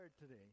today